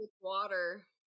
water